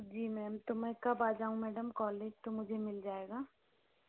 जी ma'am तो मैं कब आ जाऊँ मैडम कॉलेज तो मुझे मिल जाएगा